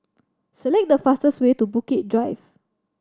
select the fastest way to Bukit Drive